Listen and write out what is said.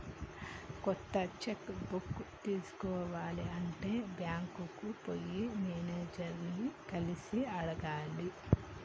కొత్త cheque book తీసుకోవాలి అంటే బ్యాంకుకు పోయి మేనేజర్ ని కలిసి అడగాలి